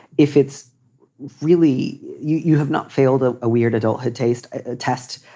if it's really you you have not failed a weird adulthood taste ah test,